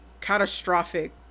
catastrophic